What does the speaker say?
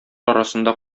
арасында